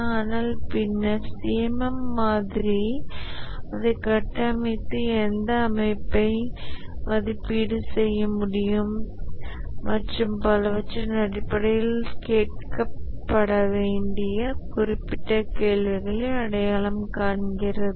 ஆனால் பின்னர் CMM மாதிரி அதை கட்டமைத்து எந்த அமைப்பை மதிப்பீடு செய்ய முடியும் மற்றும் பலவற்றின் அடிப்படையில் கேட்கப்பட வேண்டிய குறிப்பிட்ட கேள்விகளை அடையாளம் கண்டுள்ளது